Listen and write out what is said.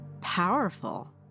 powerful